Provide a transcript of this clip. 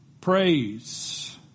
praise